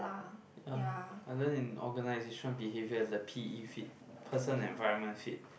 uh other than organisation behaviour the p_e fit person environment fit